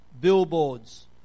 billboards